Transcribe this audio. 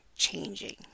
Changing